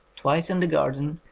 twice in the garden,